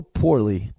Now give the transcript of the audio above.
poorly